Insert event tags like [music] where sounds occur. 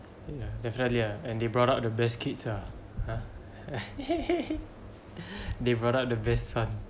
ya definitely ah and they brought up the best kids ah uh [laughs] [breath] they brought up the best one